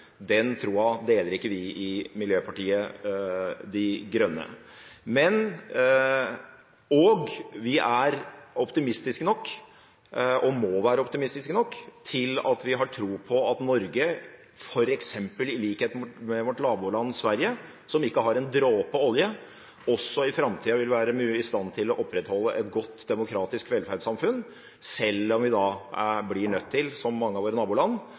Den troa deler ikke vi i Miljøpartiet De Grønne. Vi er optimistiske nok – og må være optimistiske nok – til å tro at Norge, f.eks. i likhet med vårt naboland Sverige, som ikke har en dråpe olje, også i framtida vil være i stand til å opprettholde et godt demokratisk velferdssamfunn, selv om vi blir nødt til, som mange av våre naboland,